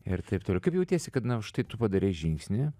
ir taip toliau kaip jautiesi kad na štai tu padarei žingsnį